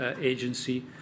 Agency